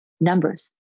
numbers